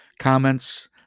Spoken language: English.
comments